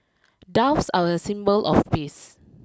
doves are a symbol of peace